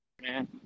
man